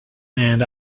and